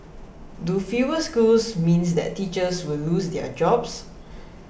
do fewer schools mean that teachers will lose their jobs